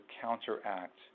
counteract